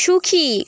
সুখী